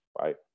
right